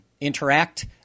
interact